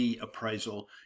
appraisal